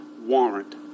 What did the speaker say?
warrant